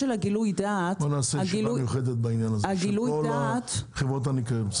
אנחנו נעשה ישיבה מיוחדת בעניין של חברות הניקיון.